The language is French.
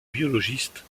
biologiste